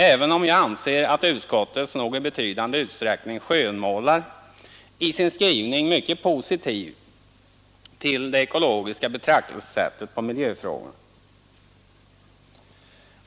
Även om jag anser att utskottet i betydande utsträckning skönmålar, måste jag säga att utskottet i sin skrivning är mycket positivt till det ekologiska sättet att se på miljöfrågorna.